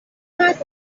مرد